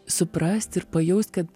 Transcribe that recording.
suprast ir pajaust kad